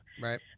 Right